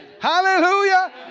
Hallelujah